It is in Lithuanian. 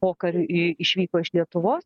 pokariu į išvyko iš lietuvos